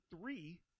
three